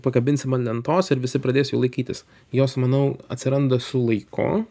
pakabinsim ant lentos ir visi pradės jų laikytis jos manau atsiranda su laiku